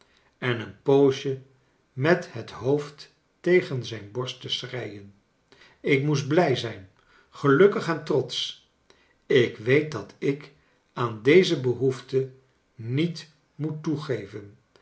en een poosje met het hoofd tegen zijn borst te schreien ik moest blij zijn gelukkig en trotsch ik weet dat ik aan deze behoefte niet moet toegeven